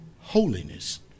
holiness